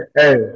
hey